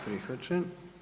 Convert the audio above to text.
Prihvaćen.